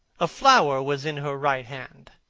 a flower was in her right hand,